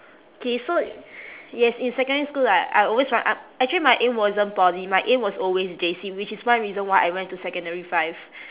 okay so yes in secondary school like I always wa~ ah actually my aim wasn't poly my aim was always J_C which is one reason why I went to secondary five